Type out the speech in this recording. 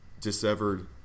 dissevered